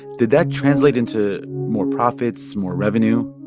did that translate into more profits, more revenue?